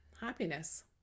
happiness